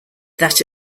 that